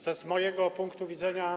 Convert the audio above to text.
Z mojego punktu widzenia.